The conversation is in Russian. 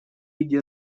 иди